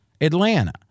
Atlanta